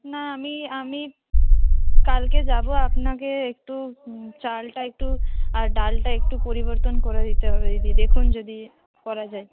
না আমি আমি কালকে যাবো আপনাকে একটু চালটা একটু আর ডালটা একটু পরিবর্তন করে দিতে হবে দিদি দেখুন যদি করা যায়